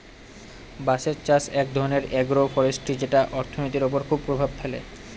বাঁশের চাষ এক ধরনের এগ্রো ফরেষ্ট্রী যেটা অর্থনীতির ওপর খুব প্রভাব ফেলে